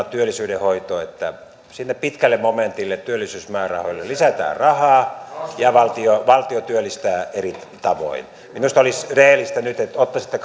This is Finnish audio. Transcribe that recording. työllisyyden hoitoon sinne pitkälle momentille työllisyysmäärärahoille että lisätään rahaa ja valtio valtio työllistää eri tavoin minusta olisi rehellistä nyt että ottaisitte